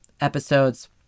episodes